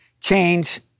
change